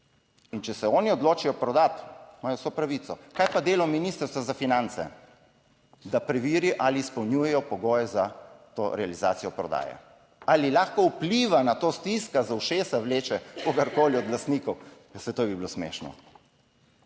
In če se oni odločijo prodati, imajo vso pravico. Kaj pa delo ministrstva za finance? Da preveri ali izpolnjujejo pogoje za to realizacijo prodaje. Ali lahko vpliva na to, stiska za ušesa, vleče kogarkoli od lastnikov, saj to bi bilo smešno.